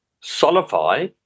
solidify